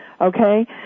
Okay